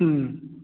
ꯎꯝ